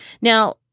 Now